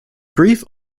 brief